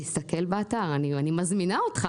תסתכל באתר, אני מזמינה אותך.